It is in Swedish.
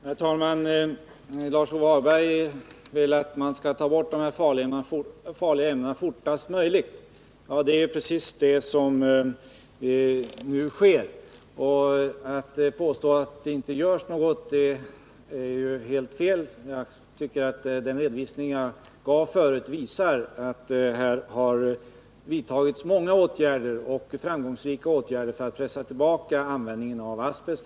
Herr talman! Lars-Ove Hagberg vill att man skall ta bort de här farliga ämnena fortast möjligt. Det är precis det som nu sker. Att påstå att det inte görs något är ju helt fel. Jag tycker att den redovisning jag gav förut visar att här har vidtagits många och framgångsrika åtgärder för att pressa tillbaka användningen av asbest.